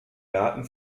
garten